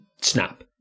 snap